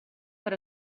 per